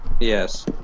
Yes